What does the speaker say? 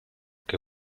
che